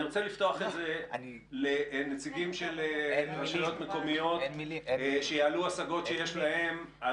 אני רוצה לפתוח לנציגי רשויות מקומיות שיעלו השגות שיש להם.